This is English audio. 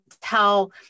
tell